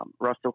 russell